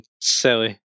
silly